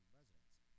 residents